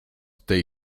tej